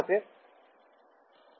ছাত্র ছাত্রীঃ